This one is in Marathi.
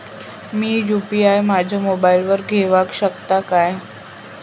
मी यू.पी.आय माझ्या मोबाईलावर घेवक शकतय काय?